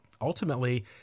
ultimately